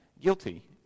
guilty